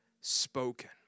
spoken